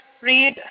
read